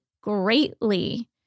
greatly